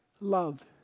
loved